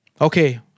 Okay